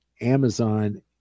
Amazon